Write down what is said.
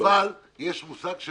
אבל יש מושג של